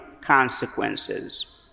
consequences